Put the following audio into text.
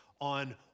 on